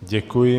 Děkuji.